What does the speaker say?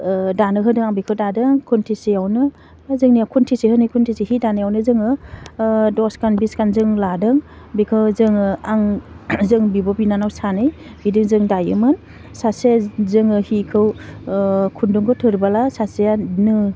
ओह दानो होदों आं बेखौ दादों खन्थिसेयावनो बा जोंनिया खन्थिसे होनो खन्थिसे हि दानायावनो जोङो ओह दसखान बिसखान जों लादों बेखौ जोङो आं जों बिब' बिनानाव सानै बिदि जों दायोमोन सासे जोङो हिखौ ओह खुन्दुंखौ थोरबोला सासेया नो